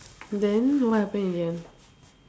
then what happened in the end